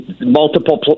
multiple